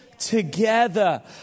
Together